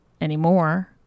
anymore